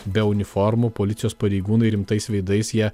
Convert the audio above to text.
be uniformų policijos pareigūnai rimtais veidais jie